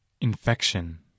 Infection